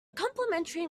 complimentary